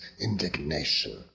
indignation